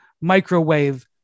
microwave